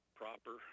proper